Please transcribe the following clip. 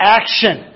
action